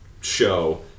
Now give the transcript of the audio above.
show